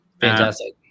fantastic